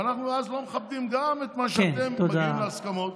ואנחנו אז לא מכבדים גם את מה שבו אתם מגיעים להסכמות.